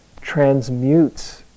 transmutes